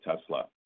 Tesla